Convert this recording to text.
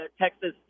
Texas